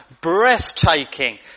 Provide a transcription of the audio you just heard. breathtaking